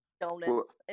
donuts